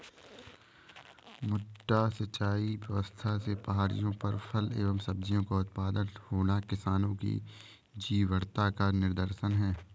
मड्डा सिंचाई व्यवस्था से पहाड़ियों पर फल एवं सब्जियों का उत्पादन होना किसानों की जीवटता का निदर्शन है